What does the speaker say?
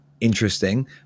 interesting